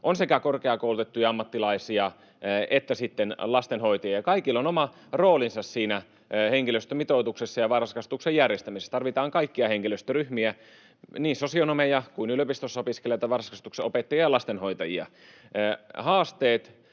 on sekä korkeakoulutettuja ammattilaisia että sitten lastenhoitajia, ja kaikilla on oma roolinsa henkilöstömitoituksessa. Varhaiskasvatuksen järjestämisessä tarvitaan kaikkia henkilöstöryhmiä, niin sosionomeja kuin yliopistossa opiskelleita varhaiskasvatuksen opettajia ja lastenhoitajia. Haasteet,